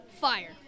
fire